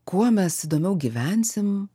kuo mes įdomiau gyvensim